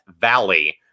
Valley